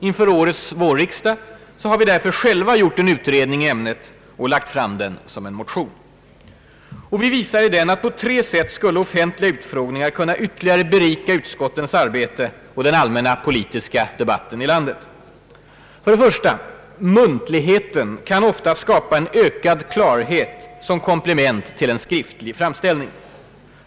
Inför årets vårriksdag har vi därför själva gjort en utredning i ämnet och lagt fram den som motion. Vi visar i den att på tre sätt skulle offentliga utfrågningar kunna ytterligare berika utskottens arbete och den allmänna politiska debatten i landet. För det första: muntligheten kan ofta skapa ökad klarhet i förhållande till en skriftlig framställning.